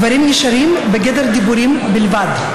הדברים נשארים בגדר דיבורים בלבד.